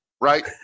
right